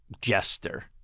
jester